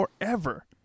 forever